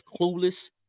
clueless